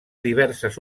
diverses